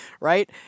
Right